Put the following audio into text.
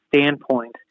standpoint